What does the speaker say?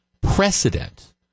precedent